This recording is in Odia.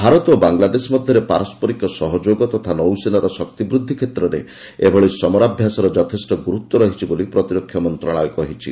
ଭାରତ ଓ ବାଂଲାଦେଶ ମଧ୍ୟରେ ପାରସ୍କରିକ ସହଯୋଗ ତଥା ନୌସେନାର ଶକ୍ତିବୃଦ୍ଧି କ୍ଷେତ୍ରରେ ଏଭଳି ସମରାଭ୍ୟାସର ଯଥେଷ୍ଟ ଗୁରୁତ୍ୱ ରହିଛି ବୋଲି ପ୍ରତିରକ୍ଷା ମନ୍ତ୍ରଣାଳୟ କହିଛି